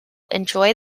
enjoy